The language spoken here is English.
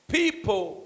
people